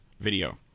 video